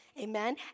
Amen